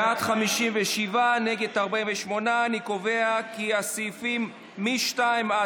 בעד, 57, נגד, 48. אני קובע כי סעיפים 2 4,